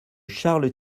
charles